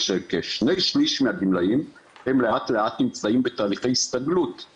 תודה לכל מי שהגיע ונמצא איתנו,